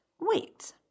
wait